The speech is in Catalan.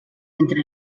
entre